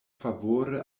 favore